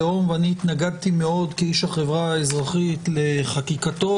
התנגדתי מאוד כאיש החברה האזרחית לחקיקת חוק הלאום